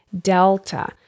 Delta